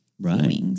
Right